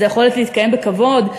זה יכולת להתקיים בכבוד,